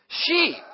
Sheep